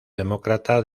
demócrata